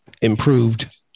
improved